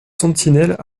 sentinelles